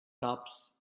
tops